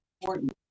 important